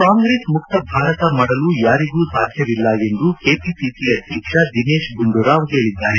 ಕಾಂಗ್ರೆಸ್ ಮುಕ್ತ ಭಾರತ ಮಾಡಲು ಯಾರಿಗೂ ಸಾಧ್ಯವಿಲ್ಲ ಎಂದು ಕೆಪಿಸಿಸಿ ಅಧ್ಯಕ್ಷ ದಿನೇತ್ ಗುಂಡೂರಾವ್ ಹೇಳಿದ್ದಾರೆ